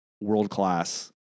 world-class